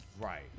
Right